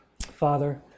Father